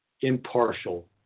impartial